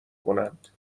کنند